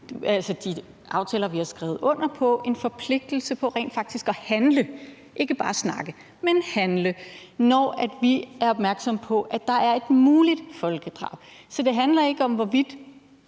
ifølge de aftaler, vi har skrevet under på, en forpligtelse til rent faktisk at handle – ikke bare snakke, men handle – når vi bliver opmærksomme på, at der er et muligt folkedrab. Så det handler ikke om, hvorvidt